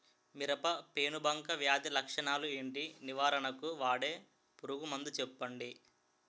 మిరప పెనుబంక వ్యాధి లక్షణాలు ఏంటి? నివారణకు వాడే పురుగు మందు చెప్పండీ?